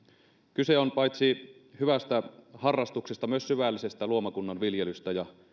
kyse on paitsi hyvästä harrastuksesta myös syvällisestä luomakunnan viljelystä ja